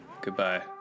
Goodbye